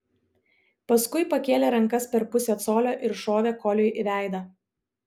paskui pakėlė rankas per pusę colio ir šovė koliui į veidą